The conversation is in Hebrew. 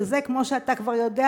שזה כמו שאתה כבר יודע,